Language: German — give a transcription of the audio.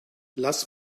lass